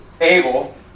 Abel